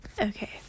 Okay